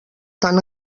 tant